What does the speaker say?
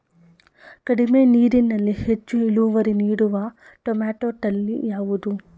ಕಡಿಮೆ ನೀರಿನಲ್ಲಿ ಹೆಚ್ಚು ಇಳುವರಿ ನೀಡುವ ಟೊಮ್ಯಾಟೋ ತಳಿ ಯಾವುದು?